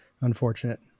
unfortunate